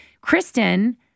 Kristen